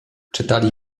czytali